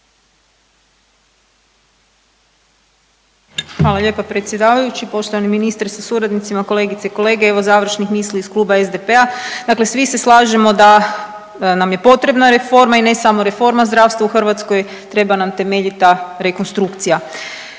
Hvala lijepa predsjedavajući, poštovani ministre sa suradnicima, kolegice i kolege. Evo završnih misli iz kluba SDP-a. Dakle, svi se slažemo da nam je potrebna reforma i ne samo reforma zdravstva u Hrvatskoj. Treba nam temeljita rekonstrukcija.